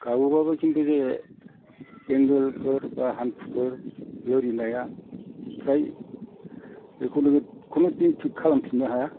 गाबोबाबो खिन्थु जे ऐंगोलफोर बा हान्थुफोर लोरिनाया फ्राय बेखौ नोङो खुनु दिन थिक खालामफिननो हाया